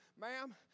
Ma'am